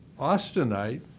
Austenite